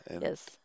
Yes